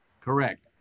Correct